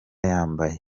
yambaye